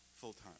full-time